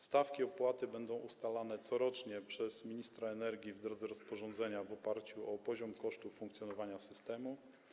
Stawki opłaty będą ustalane corocznie przez ministra energii w drodze rozporządzenia w oparciu o poziom kosztów funkcjonowania systemu.